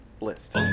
list